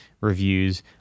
reviews